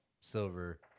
silver